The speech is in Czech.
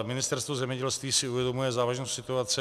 Ministerstvo zemědělství si uvědomuje závažnost situace.